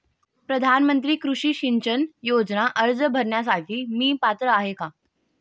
प्रधानमंत्री कृषी सिंचन योजना अर्ज भरण्यासाठी मी पात्र आहे का?